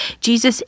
Jesus